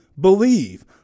believe